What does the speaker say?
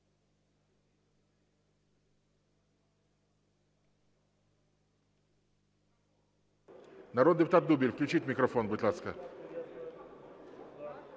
Народний депутат Дубіль. Включіть мікрофон, будь ласка.